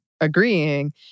agreeing